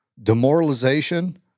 demoralization